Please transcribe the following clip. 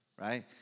right